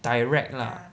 direct lah